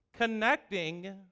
connecting